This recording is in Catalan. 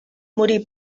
morí